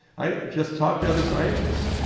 i just talked to other scientists,